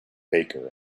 baker